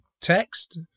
text